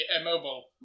immobile